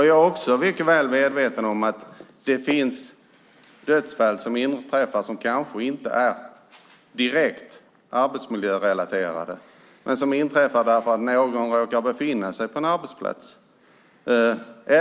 Jag är också mycket väl medveten om att det finns dödsfall som kanske inte är direkt arbetsmiljörelaterade men som inträffar därför att någon råkar befinna sig på en arbetsplats.